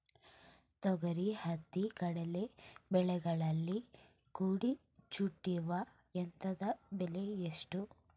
ತೊಗರಿ, ಹತ್ತಿ, ಕಡಲೆ ಬೆಳೆಗಳಲ್ಲಿ ಕುಡಿ ಚೂಟುವ ಯಂತ್ರದ ಬೆಲೆ ಎಷ್ಟು?